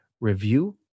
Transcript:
review